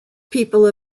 people